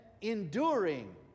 enduring